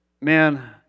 man